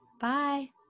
Bye